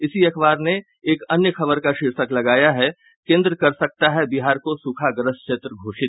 इसी अखबार ने एक अन्य खबर का शीर्षक लगाया है केंद्र कर सकता है बिहार को सूखाग्रस्त क्षेत्र घोषित